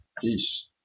Peace